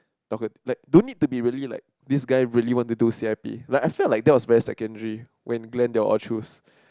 okay don't need to be really like this guy really want to do C_I_P like I feel like that was very secondary when Gran they all choose